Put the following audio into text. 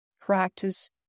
practice